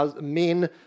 men